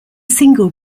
single